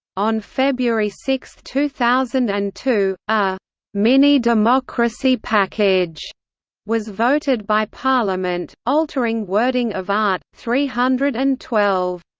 on february six, two thousand and two, a mini-democracy package was voted by parliament, altering wording of art. three hundred and twelve.